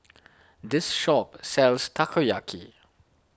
this shop sells Takoyaki